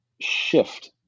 shift